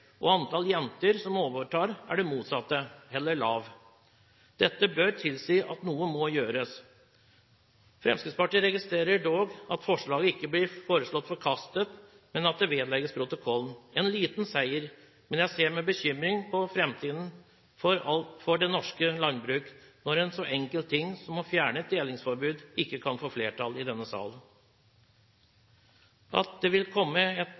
og antall jenter som overtar, er det motsatte – heller lavt. Dette bør tilsi at noe må gjøres. Fremskrittspartiet registrerer dog at forslaget ikke blir foreslått forkastet, men at det vedlegges protokollen. Det er en liten seier. Men jeg ser med bekymring på framtiden for det norske landbruk når en så enkel ting som å fjerne et delingsforbud, ikke kan få flertall i denne salen. At det vil komme